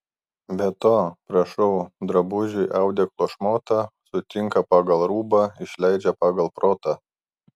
be to prašau drabužiui audeklo šmotą sutinka pagal rūbą išleidžia pagal protą